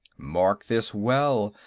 mark this well,